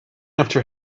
after